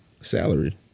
salary